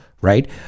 right